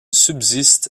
subsiste